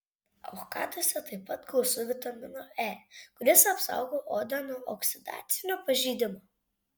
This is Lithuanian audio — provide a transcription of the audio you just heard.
avokaduose taip pat gausu vitamino e kuris apsaugo odą nuo oksidacinio pažeidimo